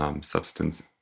substance